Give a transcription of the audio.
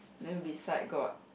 then beside got